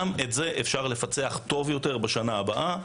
גם את זה אפשר לפצח טוב יותר בשנה הבאה,